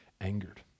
angered